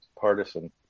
partisan